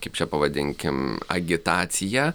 kaip čia pavadinkim agitacija